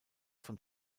von